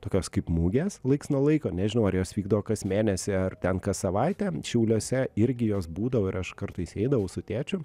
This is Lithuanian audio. tokios kaip mugės laiks nuo laiko nežinau ar jos vykdavo kas mėnesį ar ten kas savaitę šiauliuose irgi jos būdavo ir aš kartais eidavau su tėčiu